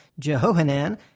Jehohanan